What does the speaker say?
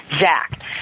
Zach